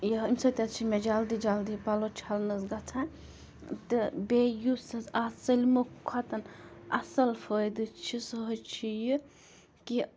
یہِ امہِ سۭتۍ حظ چھِ مےٚ جلدی جلدی پَلو چھَلنَس گژھان تہٕ بیٚیہِ یُس حظ اَتھ سٲلمو کھۄتہٕ اَصٕل فٲیِدٕ چھِ سُہ حظ چھِ یہِ کہِ